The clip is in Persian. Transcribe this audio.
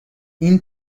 این